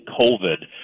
COVID